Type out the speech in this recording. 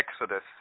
Exodus